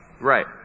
Right